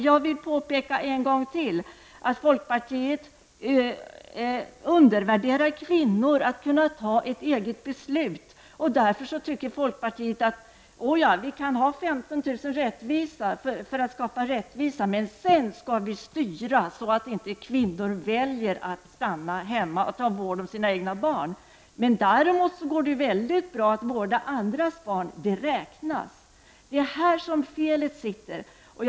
Jag vill än en gång påpeka att folkpartiet undervärderar kvinnors förmåga att kunna fatta egna beslut. Därför tycker folkpartiet att det är rättvist att den hemmavarande föräldern får 15 000 kr. i bidrag, samtidigt som man vill styra kvinnorna att inte stanna hemma och vårda sina barn. Däremot går det bra att vårda andras barn -- det räknas. Det är på den punkten man gör fel.